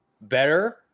better